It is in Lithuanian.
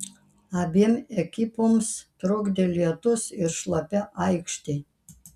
abiem ekipoms trukdė lietus ir šlapia aikštė